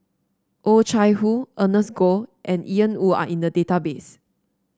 Oh Chai Hoo Ernest Goh and Ian Woo are in the database